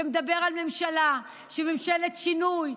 שמדבר על ממשלה של שינוי,